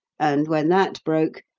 and, when that broke,